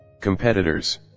Competitors